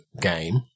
game